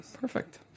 Perfect